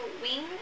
wing